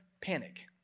panic